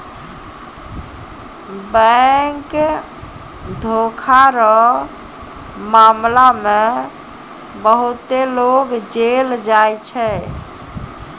bank धोखा रो मामला मे बहुते लोग जेल जाय छै